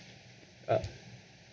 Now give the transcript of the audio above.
uh